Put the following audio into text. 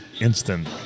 instant